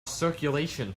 circulation